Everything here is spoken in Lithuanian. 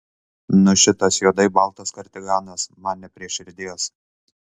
nu šitas juodai baltas kardiganas man ne prie širdies